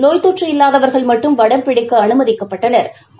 நோய் தொற்று இல்லாதவா்கள் மட்டும் வடம் பிடிக்க அனுமதிக்கப்பட்டனா்